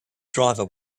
driver